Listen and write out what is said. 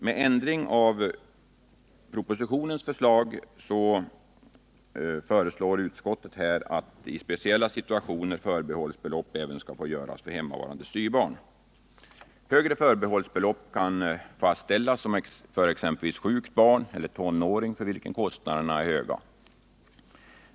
Med ändring av propositionens förslag föreslår utskottet här att i speciella situationer förbehållsbelopp även skall få gälla för hemmavarande styvbarn. Högre förbehållsbelopp kan fastställas för exempelvis sjukt barn eller tonåring för vilka kostnaderna är höga.